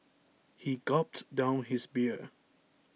he gulped down his beer